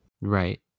right